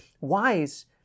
wise